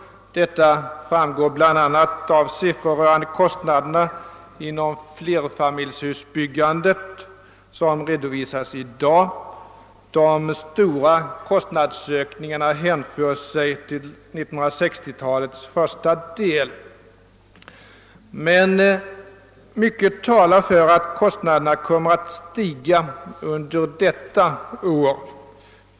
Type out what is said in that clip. Detta framgår bl.a. av siffror rörande kostnaderna inom flerfamiljshusbyggandet vilka redovisas i dag. De kraftiga kostnadsökningarna hänför sig till 1960-talets första del. Men mycket talar för att kostnaderna kommer att stiga under detta år.